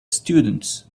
students